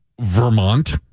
Vermont